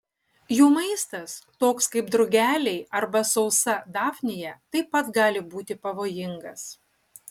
jų maistas toks kaip drugeliai arba sausa dafnija taip pat gali būti pavojingas